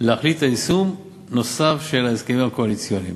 להחליט על יישום נוסף של ההסכמים הקואליציוניים.